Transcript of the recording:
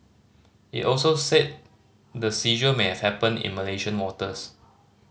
it also said the seizure may have happened in Malaysian waters